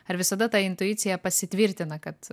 ar visada ta intuicija pasitvirtina kad